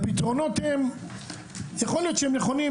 הפתרונות, יכול להיות שהם נכונים.